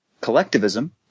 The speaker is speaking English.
collectivism